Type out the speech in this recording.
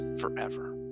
forever